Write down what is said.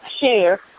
share